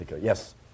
Yes